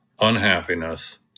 unhappiness